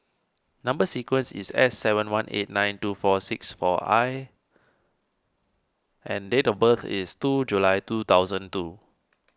Number Sequence is S seven one eight nine two six four I and date of birth is two July two thousand two